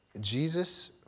Jesus